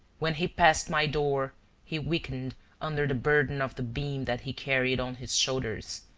when he passed my door he weakened under the burden of the beam that he carried on his shoulders,